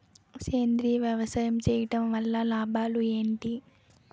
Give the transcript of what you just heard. సేంద్రీయ వ్యవసాయం చేయటం వల్ల లాభాలు ఏంటి?